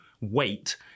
wait